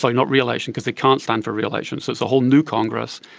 like not re-election because they can't stand for re-election, so it's a whole new congress,